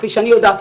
כפי שאני יודעת,